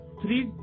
three